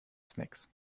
snacks